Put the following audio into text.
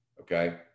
Okay